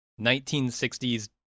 1960s